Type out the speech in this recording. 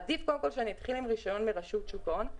עדיף קודם כל שאני אתחיל עם רישיון מרשות שוק ההון.